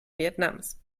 vietnams